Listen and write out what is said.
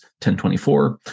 1024